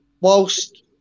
whilst